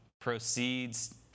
proceeds